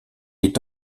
est